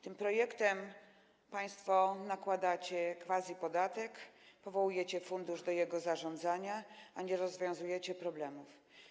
Tym projektem państwo nakładacie quasi-podatek, powołujecie fundusz do zarządzania nim, a nie rozwiązujecie problemów.